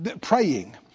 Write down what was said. Praying